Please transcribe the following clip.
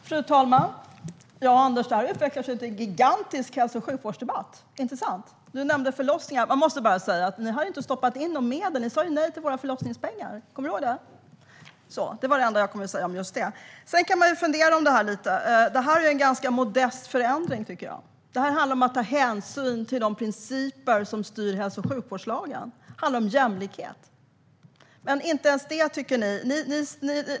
Fru talman! Ja, Anders, detta utvecklar sig till en gigantisk hälso och sjukvårdsdebatt, inte sant? Du nämnde förlossningar. Jag måste bara säga att ni inte har stoppat in några medel; ni sa ju nej till våra förlossningspengar. Kommer du ihåg det? Det är det enda jag kommer att säga om just det. Sedan kan man fundera lite kring detta. Det är en ganska modest förändring, tycker jag. Det handlar om att ta hänsyn till de principer som styr hälso och sjukvårdslagen. Det handlar om jämlikhet. Men inte ens det tycker ni.